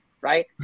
right